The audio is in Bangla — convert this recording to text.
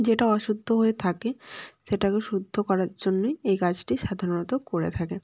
যেটা অশুদ্ধ হয়ে থাকে সেটাকে শুদ্ধ করার জন্যই এই কাজটি সাধারণত করে থাকেন